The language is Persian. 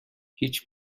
هیچ